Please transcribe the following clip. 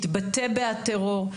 שהתבטא בעד טרור.